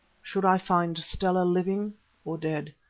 should i find stella living or dead?